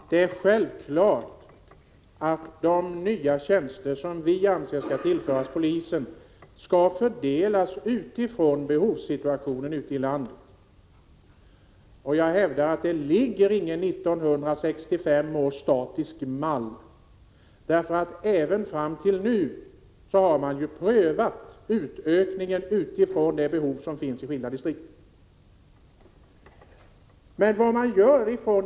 Herr talman! Det är självklart att de nya tjänster som vi anser skall tillföras polisen skall fördelas med hänsyn till behovssituationen ute i landet. Jag hävdar att 1965 års statistiska mall inte finns. Även fram till nu har man ju prövat utökningen med hänsyn till behovet i de skilda distrikten.